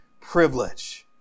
privilege